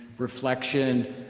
reflection,